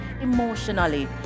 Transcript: emotionally